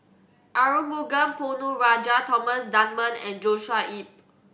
Arumugam Ponnu Rajah Thomas Dunman and Joshua Ip